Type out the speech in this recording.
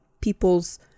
people's